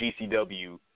GCW